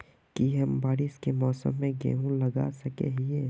की हम बारिश के मौसम में गेंहू लगा सके हिए?